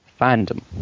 fandom